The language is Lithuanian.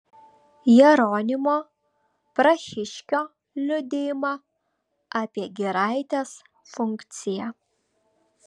jeronimo prahiškio liudijimą apie giraitės funkciją